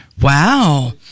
Wow